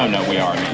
we are